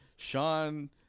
Sean